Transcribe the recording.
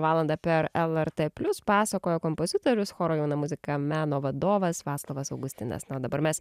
valandą per lrt plius pasakoja kompozitorius choro jauna muzika meno vadovas vaclovas augustinas na dabar mes